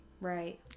Right